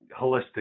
holistic